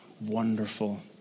wonderful